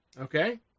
Okay